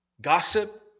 gossip